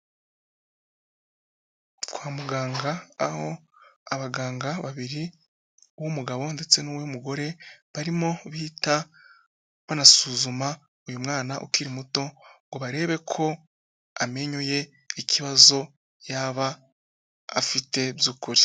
Kwa muganga aho abaganga babiri uw'umugabo ndetse n'uw'umugore barimo bita banasuzuma uyu mwana ukiri muto ngo barebe ko amenyo ye ikibazo yaba afite by'ukuri.